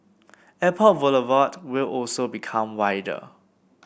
Airport Boulevard will also become wider